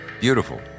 Beautiful